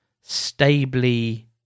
stably